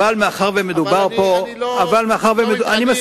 אבל מאחר שמדובר פה, אני לא, אני מסכים.